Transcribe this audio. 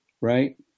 right